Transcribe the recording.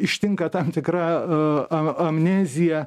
ištinka tam tikra amnezija